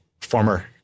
former